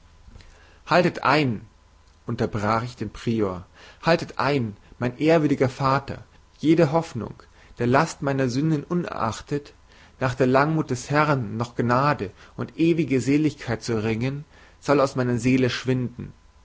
haltet ein unterbrach ich den prior haltet ein mein ehrwürdiger vater jede hoffnung der last meiner sünden unerachtet nach der langmut des herrn noch gnade und ewige seligkeit zu erringen soll aus meiner seele schwinden